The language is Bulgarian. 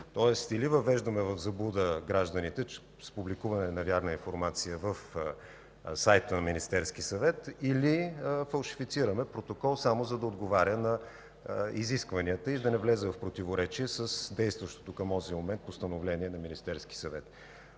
Тоест или въвеждаме в заблуда гражданите с публикуване на невярна информация в сайта на Министерския съвет, или фалшифицираме протокол само за да отговаря на изискванията и да не влезе в противоречие с действащото към онзи момент Постановление на Министерския съвет.